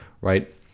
right